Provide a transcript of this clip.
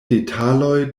detaloj